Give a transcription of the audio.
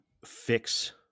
fix